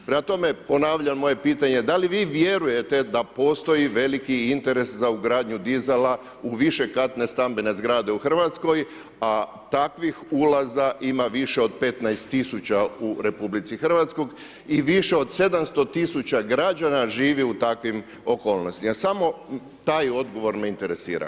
Prema tome, ponavljam moje pitanje da li vi vjerujete da postoji veliki interes za ugradnju dizala u višekatne stambene zgrade u Hrvatskoj, a takvih ulaza ima više od 15000 u Republici Hrvatskoj, i više od 700000 građana živi u takvim okolnostima, samo taj odgovor me interesira.